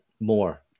More